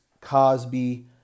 Cosby